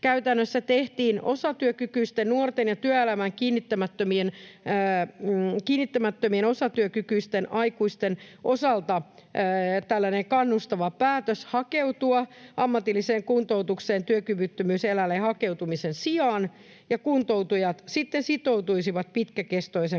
käytännössä tehtiin osatyökykyisten nuorten ja työelämään kiinnittymättömien osatyökykyisten aikuisten osalta tällainen kannustava päätös hakeutua ammatilliseen kuntoutukseen työkyvyttömyyseläkkeelle hakeutumisen sijaan, ja kuntoutujat sitten sitoutuisivat pitkäkestoisempaan